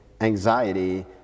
anxiety